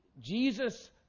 Jesus